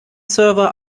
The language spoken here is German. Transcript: server